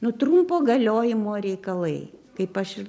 nu trumpo galiojimo reikalai kaip aš ir